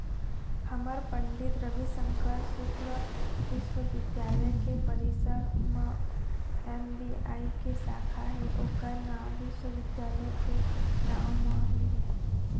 हमर पंडित रविशंकर शुक्ल बिस्वबिद्यालय के परिसर म एस.बी.आई के साखा हे ओखर नांव विश्वविद्यालय के नांव म ही है